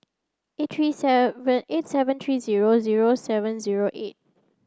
eight three seven eight seven three zero zero seven zero eight